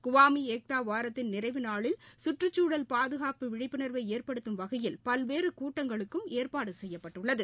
குவாமிஏக்தாவாரத்தின் நிறைவுநாளில் கற்றுக்சூழல் பாதுகாப்பு விழிப்புணர்வைஏற்படுத்தும் வகையில் பல்வேறுகூட்டங்களுக்கும் ஏற்பாடுசெய்யப்பட்டுள்ளது